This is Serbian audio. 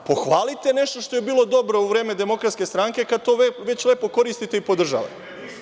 Pohvalite nešto što je bilo dobro u vreme DS, kada to već lepo koristite i podržavate.